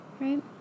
right